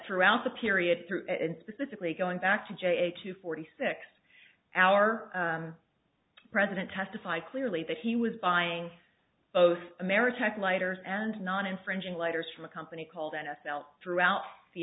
throughout the period through and specifically going back to j h two forty six our president testified clearly that he was buying both ameritech lighters and non infringing letters from a company called n f l throughout the